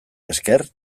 esker